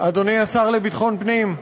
אדוני השר לביטחון פנים,